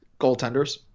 Goaltenders